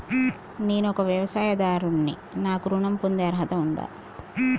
నేను ఒక వ్యవసాయదారుడిని నాకు ఋణం పొందే అర్హత ఉందా?